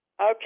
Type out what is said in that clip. Okay